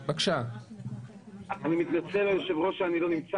אני מתנצל שאני בזום,